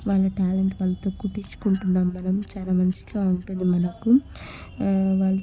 వాళ్ళ టాలెంట్ అంతా కుట్టించుకుంటున్నాము మనం చాలా మంచిగా ఉంటుంది మనకు వాళ్ళ